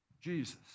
jesus